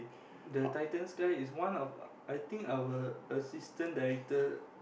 the titans guy is one of I think our assistant director